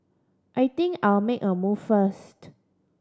I think I'll make a move first